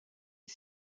est